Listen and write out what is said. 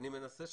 שלא מתגייסים.